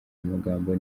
amagambo